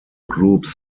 groups